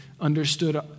understood